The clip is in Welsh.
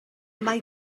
mae